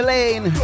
Lane